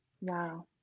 Wow